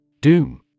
Doom